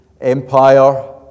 empire